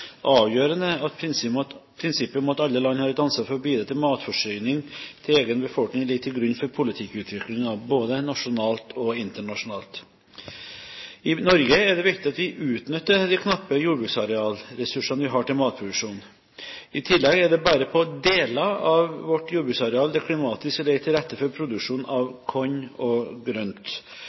avgjørende at prinsippet om at alle land har et ansvar for å bidra til matforsyningen til egen befolkning, ligger til grunn for politikkutviklingen – både nasjonalt og internasjonalt. I Norge er det viktig at vi utnytter de knappe jordbruksarealressursene vi har, til matproduksjon. I tillegg er det bare på deler av vårt jordbruksareal det klimatisk ligger til rette for produksjon av korn og grønt.